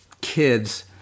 kids